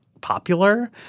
popular